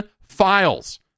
files